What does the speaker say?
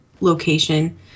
location